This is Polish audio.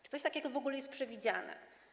Czy coś takiego w ogóle jest przewidziane?